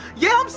yeah,